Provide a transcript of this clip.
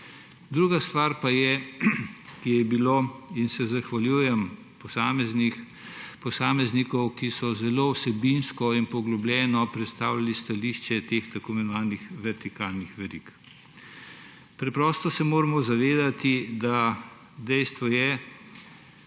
Druga stvar pa je, ki je bilo, in se zahvaljujem posameznikom, ki so zelo vsebinsko in poglobljeno predstavljali stališče teh tako imenovanih vertikalnih verig. Preprosto se moramo zavedati, da je dejstvo,